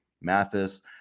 Mathis